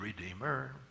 redeemer